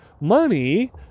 money